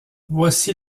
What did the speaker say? voici